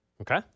Okay